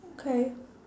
okay